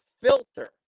filter